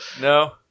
No